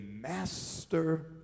master